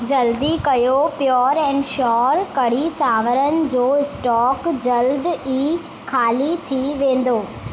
जल्दी कयो pure and sure कढ़ी चांवरनि जो स्टॉक जल्द ई खाली थी वेंदो